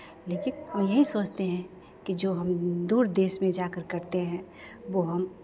लेकिन यही सोचते हैं कि जो हम दूर देश में जाकर करते हैं वो हम